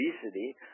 obesity